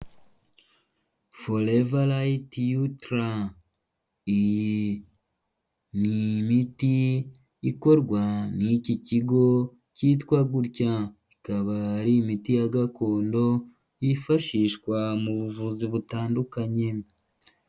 Forever Lite Ultra iyi ni imiti ikorwa n'iki kigo cyitwa gutya, ikaba ari imiti ya gakondo yifashishwa mu buvuzi butandukanye.